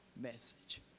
message